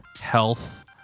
health